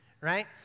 right